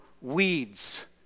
weeds